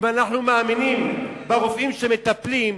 אם אנחנו מאמינים ברופאים שמטפלים,